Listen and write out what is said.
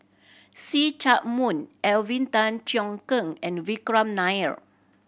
See Chak Mun Alvin Tan Cheong Kheng and Vikram Nair